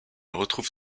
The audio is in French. retrouve